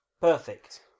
perfect